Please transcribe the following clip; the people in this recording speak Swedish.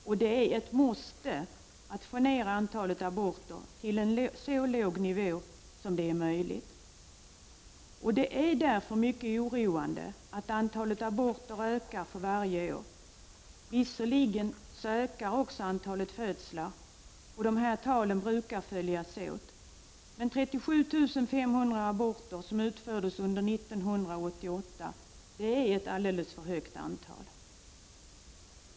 Och det är ett måste att få ned antalet aborter till en så låg nivå som möjligt. Det är därför mycket oroande att antalet aborter ökar för varje år. Visserligen ökar också antalet födslar, och dessa tal brukar följas åt. Men 37 585 aborter som utfördes under 1988 är ett alldeles för stort antal.